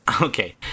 Okay